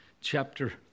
chapter